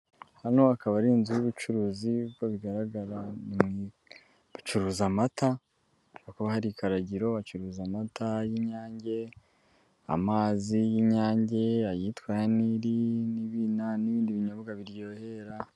Hano akaba ari inzu y'ubucuruzi uko bigaragara bacuruza amata. Hakaba hari ikararagiro bacuruza amata y'inyange, amazi y'inyange, ayitwa nili n'ibibindi binyobwa biryohera.